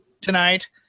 tonight